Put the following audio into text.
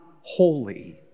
holy